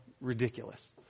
ridiculous